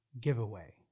giveaway